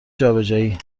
جابجایی